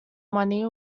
money